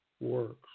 works